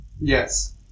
Yes